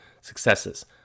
successes